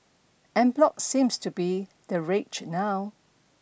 enblock seems to be the rage now